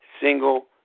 single